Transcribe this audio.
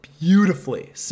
beautifully